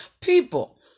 people